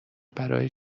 برای